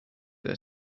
der